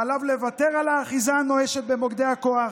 עליו לוותר על האחיזה הנואשת במוקדי הכוח,